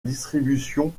distribution